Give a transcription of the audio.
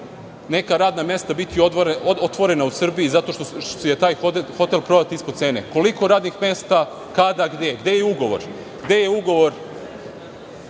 neka radna mesta biti otvorena u Srbiji zato što je taj hotel prodat ispod cene. Koliko radnih mesta, kada i gde? Gde je ugovor